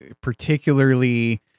particularly